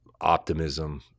optimism